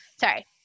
Sorry